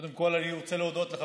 אנחנו בעונת הזיתים.